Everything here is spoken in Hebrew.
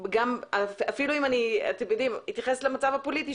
ואפילו אם אני אתייחס למצב הפוליטי,